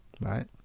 right